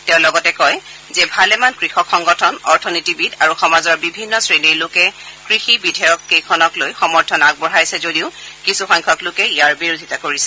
তেওঁ লগতে কয় যে ভালেমান কৃষক সংগঠন অথনীতিবিদ আৰু সমাজৰ বিভিন্ন শ্ৰেণীৰ লোকে কৃষি বিধেয়ককেইখনলৈ সমৰ্থন আগবঢ়াইছে যদিও কিছুসংখ্যক লোকে ইয়াৰ বিৰোধিতা কৰিছে